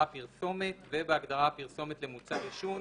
"פרסומת" ובהגדרה "פרסומת למוצר עישון".